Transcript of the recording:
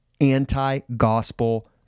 anti-gospel